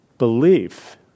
belief